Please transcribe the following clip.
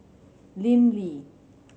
Lim Lee